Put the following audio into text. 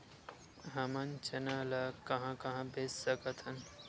हमन चना ल कहां कहा बेच सकथन?